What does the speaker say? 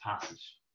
passage